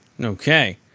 Okay